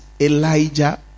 Elijah